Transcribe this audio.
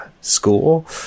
school